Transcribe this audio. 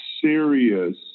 serious